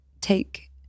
take